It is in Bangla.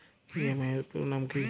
ই.এম.আই এর পুরোনাম কী?